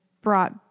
brought